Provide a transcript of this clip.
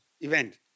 event